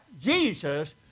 Jesus